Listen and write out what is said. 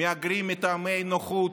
"מהגרים מטעמי נוחות"